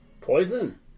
Poison